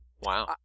wow